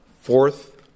Fourth